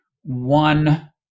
one